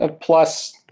Plus